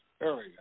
area